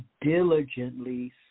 diligently